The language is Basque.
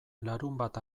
larunbat